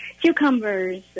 cucumbers